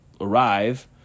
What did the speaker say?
arrive